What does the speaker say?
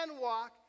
walk